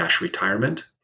retirement